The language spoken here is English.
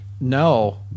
No